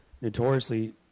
notoriously